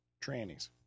Trannies